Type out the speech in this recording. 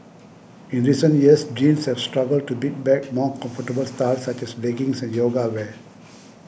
in recent years jeans have struggled to beat back more comfortable styles such as leggings and yoga wear